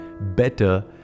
Better